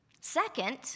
Second